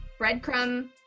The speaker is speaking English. breadcrumb